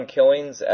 Killings